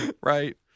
Right